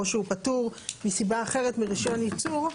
או שהוא פטור מסיבה אחרת מרישיון ייצור.